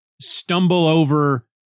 stumble-over